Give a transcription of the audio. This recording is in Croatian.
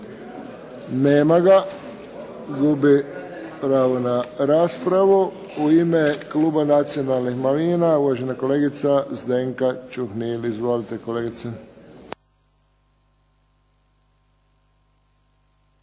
Nema ga. Gubi pravo na raspravu. U ime kluba nacionalnih manjina uvažena kolegica Zdenka Čuhnil. Izvolite kolegice.